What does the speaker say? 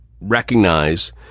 recognize